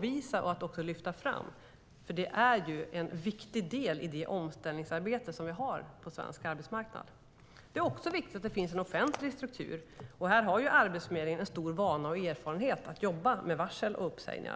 visa på och också att lyfta fram, för det är ju en viktig del i det omställningsarbete som sker på svensk arbetsmarknad. Det är också viktigt att det finns en offentlig struktur. Här har Arbetsförmedlingen en stor vana och erfarenhet att jobba med varsel och uppsägningar.